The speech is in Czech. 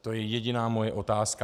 To je jediná moje otázka.